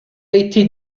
été